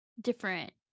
different